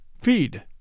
feed